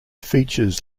features